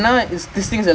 ya